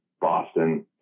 Boston